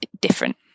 different